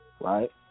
right